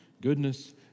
goodness